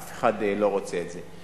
אף אחד לא רוצה את זה.